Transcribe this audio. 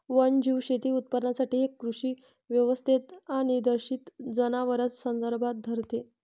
वन्यजीव शेती उत्पादनासाठी एक कृषी व्यवस्थेत अनिर्देशित जनावरांस संदर्भात धरते